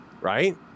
right